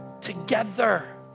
together